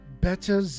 better